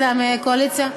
קואליציה?